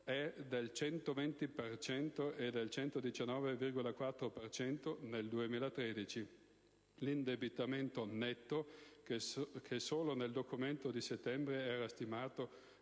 e del 119,4 per cento nel 2013. L'indebitamento netto, che solo nel Documento di settembre era stimato